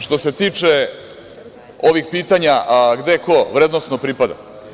Što se tiče ovih pitanja, a gde ko vrednosno pripada?